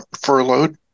furloughed